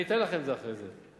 אני אתן לכם את זה אחרי זה.